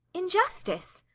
injustice?